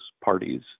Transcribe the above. parties